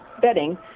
bedding